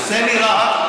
עושה לי רע.